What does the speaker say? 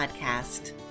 Podcast